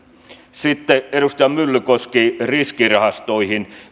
edustaja myllykoski puhui riskirahastoista